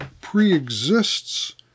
pre-exists